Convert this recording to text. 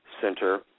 center